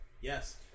Yes